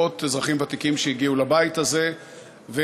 מאות אזרחים ותיקים שהגיעו לבית הזה ומאות-אלפים